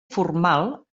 formal